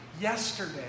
yesterday